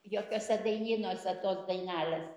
jokiuose dainynuose tos dainelės